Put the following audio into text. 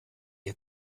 ihr